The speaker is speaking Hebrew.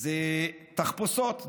זה תחפושות.